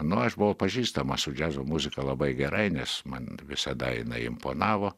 nu aš buvau pažįstamas su džiazo muzika labai gerai nes man visada jinai imponavo